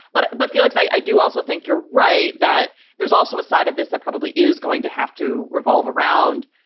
but but, felix, i do also think you're right that there's also a side of this that probably is going to have to revolve around.